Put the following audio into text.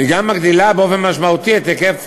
וגם מגדילה באופן משמעותי את היקף